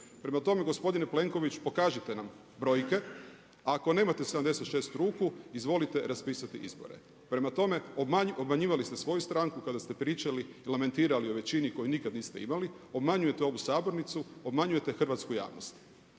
Prema tome, gospodine Plenković pokažite nam brojke, a ako nemate 76 ruku izvolite raspisati izbore. Prema tome, obmanjivali ste svoju stranku kada ste pričali i lamentirali o većini koju nikad niste imali, obmanjujete ovu sabornicu, obmanjujete hrvatsku javnost.